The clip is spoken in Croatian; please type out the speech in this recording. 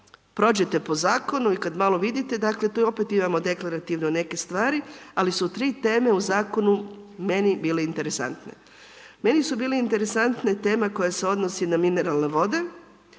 prođete po zakonu i kad malo vidite, dakle tu opet deklarativno neke stvari ali su tri teme u zakonu meni bile interesantne. Meni su bile interesantne tema koja se odnosi na mineralne vode,